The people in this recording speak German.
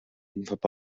verbaut